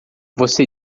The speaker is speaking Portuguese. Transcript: você